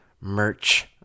merch